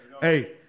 Hey